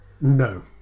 No